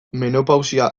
menopausia